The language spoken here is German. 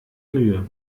mühe